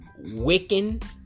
Wiccan